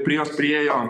prie jos priėjo